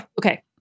okay